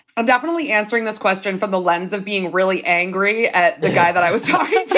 i'm definitely answering this question from the lens of being really angry at the guy that i was talking but